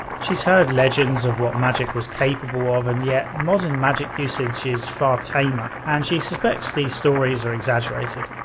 she's heard legends of what magick was capable of and yet modern magick usage is far tamer and she suspects the stories are exaggerated.